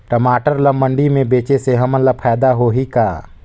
टमाटर ला मंडी मे बेचे से हमन ला फायदा होही का?